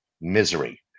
misery